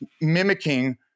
mimicking